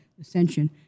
Ascension